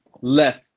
left